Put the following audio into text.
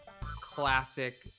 classic